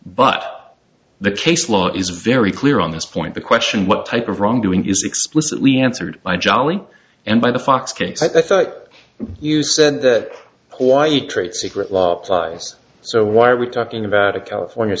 but the case law is very clear on this point the question what type of wrongdoing is explicitly answered by jolly and by the fox case i thought you sent that quiet trade secret law applies so why are we talking about a california